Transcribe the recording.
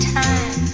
time